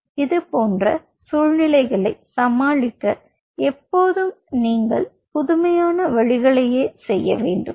இதுபோன்ற சூழ்நிலைகளை சமாளிக்க நீங்கள் எப்போதும் புதுமையான வழிகளைச் செய்ய வேண்டும்